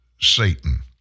Satan